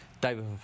David